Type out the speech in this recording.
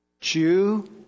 Jew